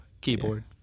keyboard